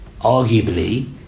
arguably